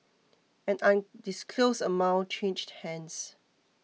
an undisclosed amount changed hands